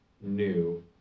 new